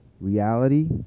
reality